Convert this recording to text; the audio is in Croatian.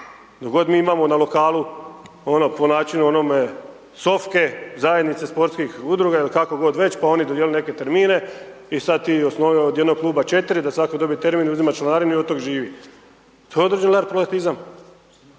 god mi imamo na lokalnu po načinu onome sofke, zajednice sportskih udruga ili kako god već, pa oni dodijelili neke termine i sad ti osnuj od jednog kluba četiri, da svatko dobije termin, uzima članarinu i od tog živi, to je određeni…/Govornik